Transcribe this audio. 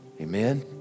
Amen